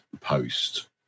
post